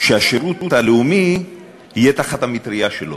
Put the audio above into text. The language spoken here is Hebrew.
שהשירות הלאומי יהיה תחת המטרייה שלו.